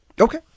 Okay